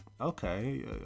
okay